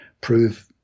prove